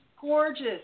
gorgeous